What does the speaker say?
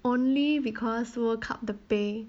only because world cup the 杯